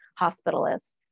hospitalists